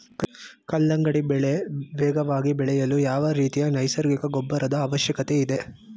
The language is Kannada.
ಕಲ್ಲಂಗಡಿ ಬೆಳೆ ವೇಗವಾಗಿ ಬೆಳೆಯಲು ಯಾವ ರೀತಿಯ ನೈಸರ್ಗಿಕ ಗೊಬ್ಬರದ ಅವಶ್ಯಕತೆ ಇದೆ?